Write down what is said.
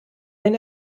ein